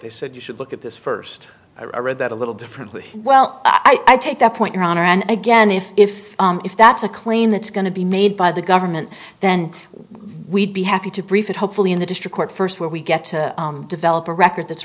they said you should look at this first or that a little differently well i take that point your honor and again if if if that's a claim that's going to be made by the government then we'd be happy to brief it hopefully in the district court first where we get to develop a record th